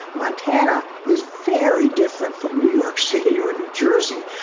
montana is very different from new york city or new jersey.